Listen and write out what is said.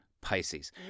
Pisces